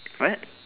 what